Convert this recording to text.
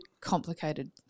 complicated